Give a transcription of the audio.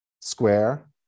square